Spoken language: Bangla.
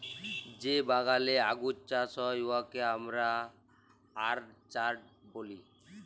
যে বাগালে আঙ্গুর চাষ হ্যয় উয়াকে আমরা অরচার্ড ব্যলি